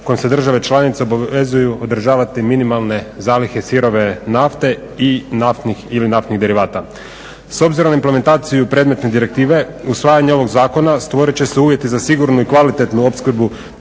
kojom se države članice obavezuju održavati minimalne zalihe sirove nafte i naftnih ili naftnih derivata. S obzirom na implementaciju predmetne direktive usvajanjem ovog zakona stvorit će se uvjeti za sigurnu i kvalitetnu opskrbu